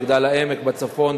מגדל-העמק בצפון.